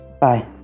Bye